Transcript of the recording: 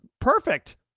perfect